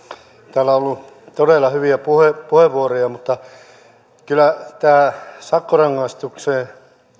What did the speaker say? täällä on ollut todella hyviä puheenvuoroja mutta kyllä tässä sakkorangaistuksien